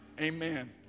amen